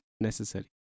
necessary